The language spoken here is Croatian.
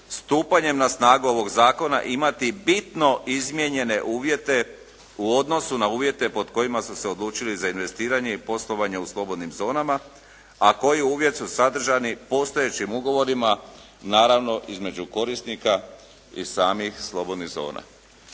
stupanjem na snagu ovog zakona imati bitno izmijenjene uvjete u odnosu na uvjete pod kojima su se odlučili za investiranje i poslovanje u slobodnim zonama, a koji uvjet su sadržani postojećim ugovorima, naravno između korisnika i samih slobodnih zona."